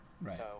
Right